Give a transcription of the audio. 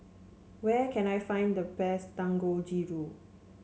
where can I find the best Dangojiru